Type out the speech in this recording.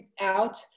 out